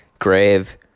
grave